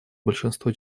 большинство